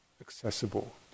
accessible